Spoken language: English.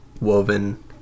woven